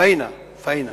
פאינה.